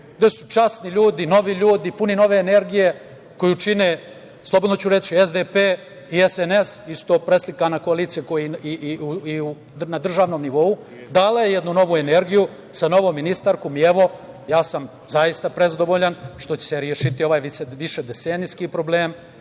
To su časni ljudi, novi ljudi puni nove energije koju čine, slobodno ću reći, SDP i SNS, isto preslikana koalicija, kao i na državnom nivou, dala je jednu novu energiju sa novom ministarkom i, evo, ja sam zaista prezadovoljan što će se rešiti ovaj višedecenijski problem.